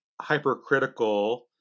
hypercritical